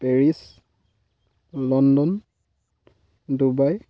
Paris London Dubai